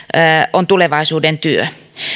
on tulevaisuuden työ